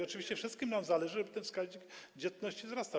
Oczywiście wszystkim nam zależy na tym, żeby ten wskaźnik dzietności wzrastał.